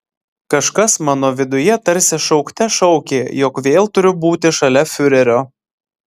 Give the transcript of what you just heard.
kažkas mano viduje tarsi šaukte šaukė jog vėl turiu būti šalia fiurerio